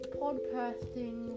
podcasting